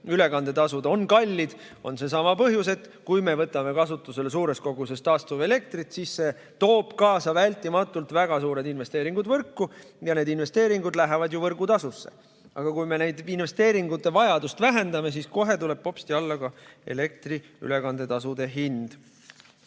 ülekandetasud on kallid, on see, et kui me võtame kasutusele suures koguses taastuvelektrit, siis see toob kaasa vältimatult väga suured investeeringud võrku. Need investeeringud lähevad ju võrgutasusse. Aga kui me nende investeeringute vajadust vähendame, siis kohe tuleb hopsti alla ka elektri ülekandetasude hind.